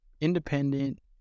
independent